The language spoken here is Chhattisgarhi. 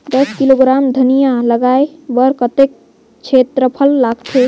दस किलोग्राम धनिया लगाय बर कतेक क्षेत्रफल लगथे?